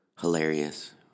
hilarious